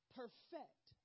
perfect